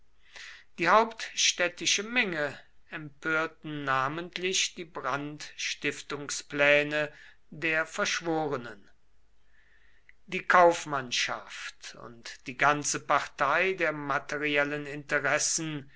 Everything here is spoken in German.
die hauptstädtische menge empörten namentlich die brandstiftungspläne der verschworenen die kaufmannschaft und die ganze partei der materiellen interessen